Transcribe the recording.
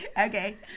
Okay